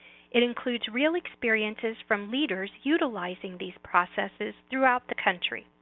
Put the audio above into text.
it includes real experiences from leaders utilizing these processes throughout the country.